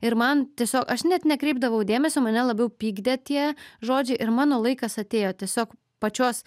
ir man tiesio aš net nekreipdavau dėmesio mane labiau pykdė tie žodžiai ir mano laikas atėjo tiesiog pačios